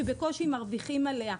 שבקושי מרוויחים עליה,